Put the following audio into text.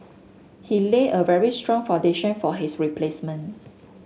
he laid a very strong foundation for his replacement